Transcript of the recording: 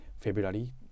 February